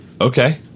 Okay